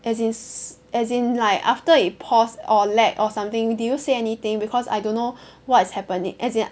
as in as in like after it pause or lag or something did you say anything because I don't know what's happening as in